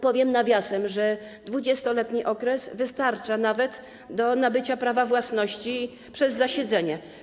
Powiem nawiasem, że 20-letni okres wystarcza nawet do nabycia prawa własności przez zasiedzenie.